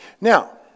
Now